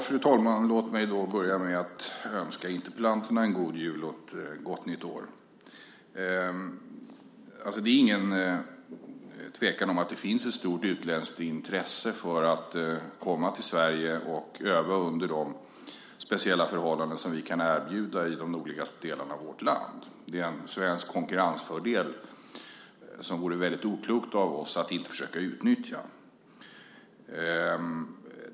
Fru talman! Låt mig börja med att önska interpellanterna en god jul och ett gott nytt år. Det är ingen tvekan om att det finns ett stort utländskt intresse för att komma till Sverige och öva under de speciella förhållanden som vi kan erbjuda i de nordligaste delarna av vårt land. Det är en svensk konkurrensfördel, som det vore väldigt oklokt av oss att inte försöka utnyttja.